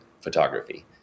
photography